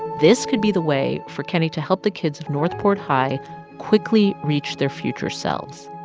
this could be the way for kenney to help the kids of north port high quickly reach their future selves,